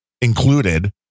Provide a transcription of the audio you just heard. included